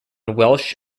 welsh